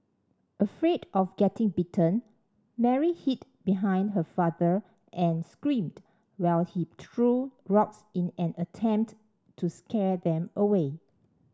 afraid of getting bitten Mary hid behind her father and screamed while he threw rocks in an attempt to scare them away